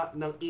ng